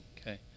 Okay